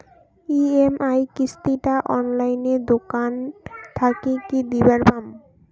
EMI কিস্তি টা অনলাইনে দোকান থাকি কি দিবার পাম?